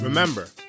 Remember